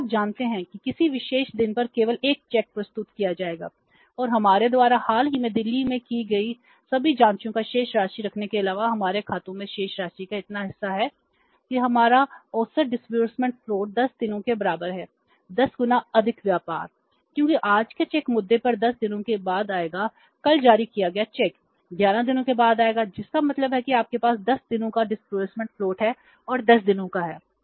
क्योंकि आप जानते हैं कि किसी विशेष दिन पर केवल 1 चेक प्रस्तुत किया जाएगा और हमारे द्वारा हाल ही में दिल्ली में की गई सभी जाँचों का शेष राशि रखने के अलावा हमारे खाते में शेष राशि का इतना हिस्सा है कि हमारा औसत डिसबर्समेंट फ्लोट है और 10 दिनों का है